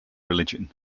religion